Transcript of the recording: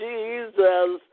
Jesus